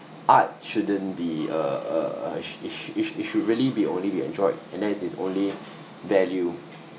art shouldn't be uh uh it sh~ it sh~ it sh~ it should really be only be enjoyed and that is its only value